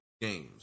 games